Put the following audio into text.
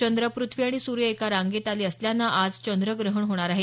चंद्र पृथ्वी आणि सूर्य एका रांगेत आले असल्यानं आज चंद्रग्रहण होणार आहे